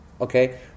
Okay